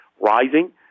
rising